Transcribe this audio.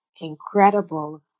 incredible